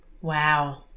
Wow